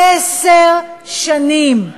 עשר שנים.